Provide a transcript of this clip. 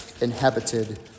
inhabited